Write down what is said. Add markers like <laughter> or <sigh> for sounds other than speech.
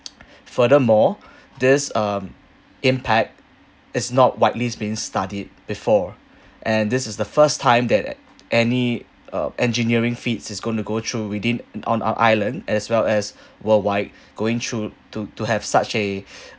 <noise> furthermore this um impact is not widely being studied before and this is the first time that any uh engineering FEED is going to go through within and on our island as well as worldwide going through to to have such a <breath>